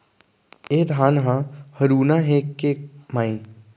ए धान ह हरूना हे के माई?